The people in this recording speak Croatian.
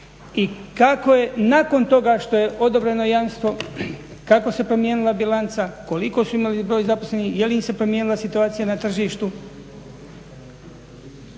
i kako je nakon toga što je odobreno jamstvo, kako se promijenila bilanca, koliko su imali broj zaposlenih, je li im se promijenila situacija na tržištu,